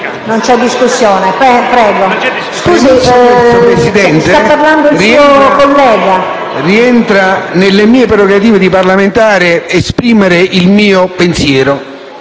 Signora Presidente, rientra nelle mie prerogative di parlamentare esprimere il mio pensiero.